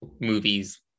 movies